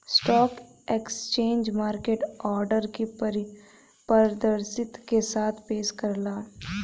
stock exchange market order के पारदर्शिता के साथ पेश करला